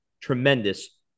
tremendous